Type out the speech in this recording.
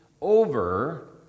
over